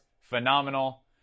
phenomenal